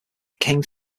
came